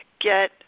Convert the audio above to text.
Get